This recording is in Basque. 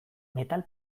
metal